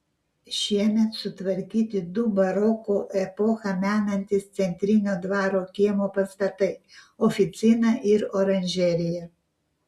šiemet sutvarkyti du baroko epochą menantys centrinio dvaro kiemo pastatai oficina ir oranžerija